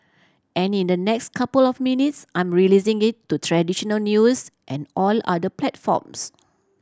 and in the next couple of minutes I'm releasing it to traditional news and all other platforms